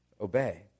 obey